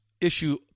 issue